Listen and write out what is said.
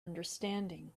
understanding